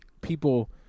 people